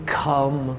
come